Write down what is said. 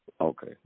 Okay